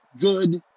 good